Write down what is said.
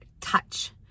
touch